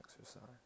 exercise